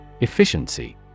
Efficiency